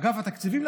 אגף התקציבים,